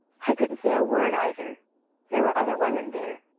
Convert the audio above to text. i couldn't say a word either there were other women there.